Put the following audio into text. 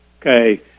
Okay